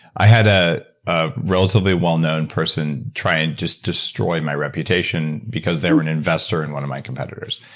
i had ah a relatively well-known person try and just destroy my reputation because they were an investor in one of my competitors.